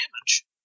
damage